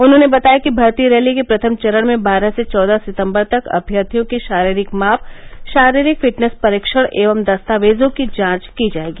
उन्होंने बताया कि भर्ती रैली के प्रथम चरण में बारह से चौदह सितम्बर तक अम्यर्थियों की शारीरिक माप शारीरिक फिटनेस परीक्षण एवं दस्तावेजों की जांच की जायेगी